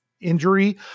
injury